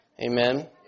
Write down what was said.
Amen